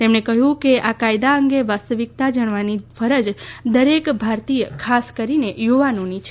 તેમણે કહ્યું કે આ કાયદા અંગે વાસ્તવિકતા જણાવવાની ફરજ દરેક ભારતીય ખાસ કરીને યુવાનોની છે